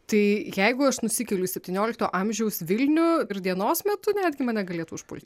tai jeigu aš nusikeliu į septyniolikto amžiaus vilnių ir dienos metu netgi mane galėtų užpulti